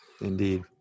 Indeed